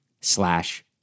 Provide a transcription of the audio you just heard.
slash